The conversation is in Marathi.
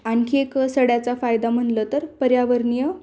आणखी एक सड्याचा फायदा म्हणलं तर पर्यावरणीय